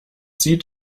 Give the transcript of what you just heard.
sieht